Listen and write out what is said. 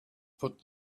put